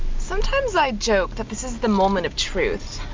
sometimes i joke that this is the moment of truth,